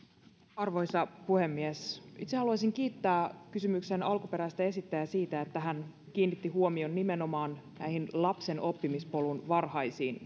arvoisa puhemies itse haluaisin kiittää kysymyksen alkuperäistä esittäjää siitä että hän kiinnitti huomion nimenomaan näihin lapsen oppimispolun varhaisiin